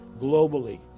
globally